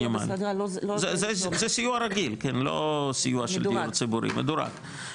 זה סיוע רגיל, לא סיוע של דיור ציבורי, מדורג.